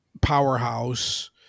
powerhouse